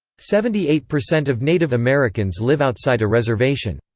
seventy eight percent of native americans live outside a reservation.